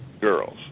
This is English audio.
girls